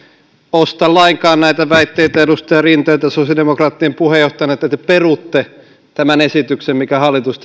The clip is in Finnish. osta lainkaan näitä väitteitä edustaja rinteeltä sosiaalidemokraattien puheenjohtajana että te perutte tämän esityksen minkä hallitus